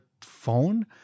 phone